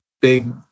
big